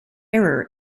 error